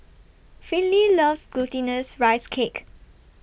Finley loves Glutinous Rice Cake